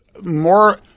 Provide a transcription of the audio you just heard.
more